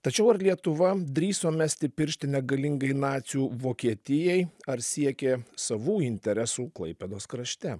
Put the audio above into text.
tačiau ar lietuva drįso mesti pirštinę galingai nacių vokietijai ar siekė savų interesų klaipėdos krašte